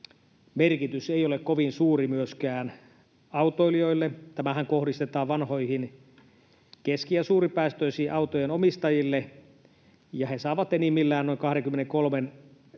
merkitys ei ole kovin suuri myöskään autoilijoille. Tämähän kohdistetaan vanhojen keski- ja suuripäästöisten autojen omistajille, ja he saavat enimmillään noin 23 euroa